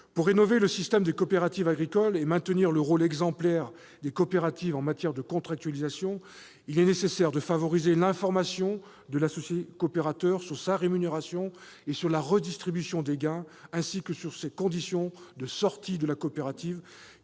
Pour rénover le système des coopératives agricoles et maintenir le rôle exemplaire des coopératives en matière de contractualisation, il est nécessaire de favoriser l'information de l'associé coopérateur sur sa rémunération et sur la redistribution des gains, ainsi que sur ses conditions de sortie de la coopérative,